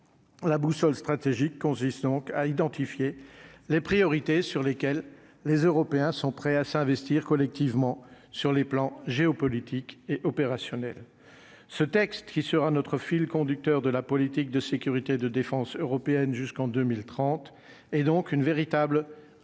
la boussole stratégique consiste donc à identifier les priorités sur lesquelles les Européens sont prêts à s'investir collectivement sur les plans géopolitique et opérationnel, ce texte qui sera notre fil conducteur de la politique de sécurité et de défense européenne jusqu'en 2030 et donc une véritable avancée